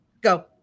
Go